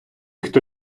хто